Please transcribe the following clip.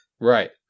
Right